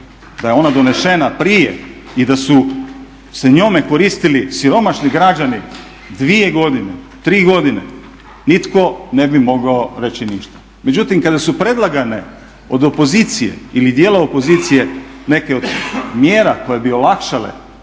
da je ona donešena prije i da su se njome koristili siromašni građani 2 godine, 3 godine nitko ne bi mogao reći ništa. Međutim kada su predlagane od opozicije ili djela opozicije neke od mjera koje bi olakšale